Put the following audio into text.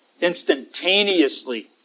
instantaneously